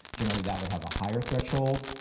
generally that would have a higher threshold.